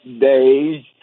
days